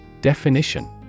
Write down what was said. Definition